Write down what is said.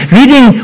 reading